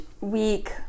week